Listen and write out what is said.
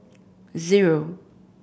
zero